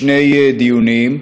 שני דיונים.